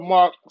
Mark